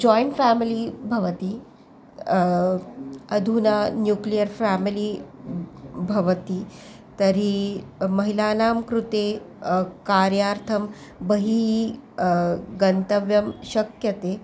joint family भवति अधुना nuclear family भवति तर्हि महिलानां कृते कार्यार्थं बहिः गन्तव्यं शक्यते